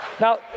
Now